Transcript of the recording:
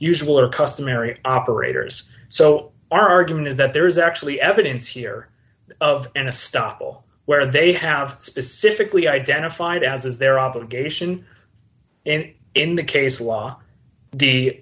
usual or customary operators so our argument is that there is actually evidence here of in a stop all where they have specifically identified as is their obligation and in the case law the